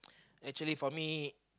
actually for me